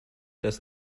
dass